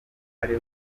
ari